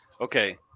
okay